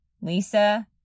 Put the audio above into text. Lisa